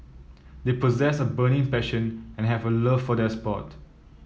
they possess a burning passion and have a love for their sport